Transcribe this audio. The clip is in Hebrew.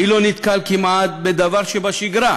מי לא נתקל, כמעט דבר שבשגרה,